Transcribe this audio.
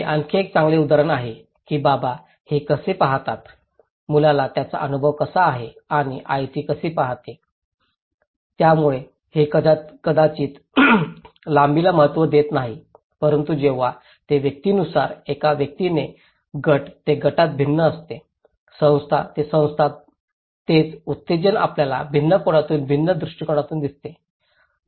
हे आणखी एक चांगले उदाहरण आहे की बाबा हे कसे पाहतात मुलाला त्याचा अनुभव कसा आहे आणि आई ती कशी पाहते त्यामुळे हे कदाचित लांबीला महत्त्व देत नाही परंतु जेव्हा ते व्यक्तीनुसार एका व्यक्तीने गट ते गटात भिन्न असते संस्था ते संस्था हेच उत्तेजन आपल्याला भिन्न कोनातून भिन्न दृष्टीकोनातून दिसते